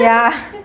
ya